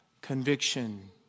Conviction